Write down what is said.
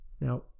Now